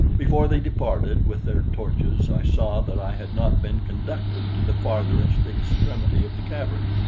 before they departed with their torches, i saw that i had not been conducted to the farthest extremity of the cavern,